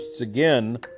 again